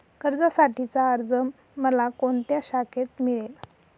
कर्जासाठीचा अर्ज मला कोणत्या शाखेत मिळेल?